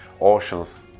oceans